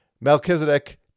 Melchizedek